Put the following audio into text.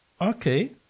Okay